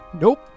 Nope